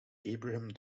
abraham